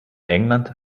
england